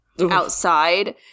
outside